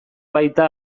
baita